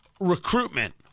recruitment